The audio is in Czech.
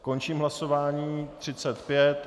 Končím hlasování 35.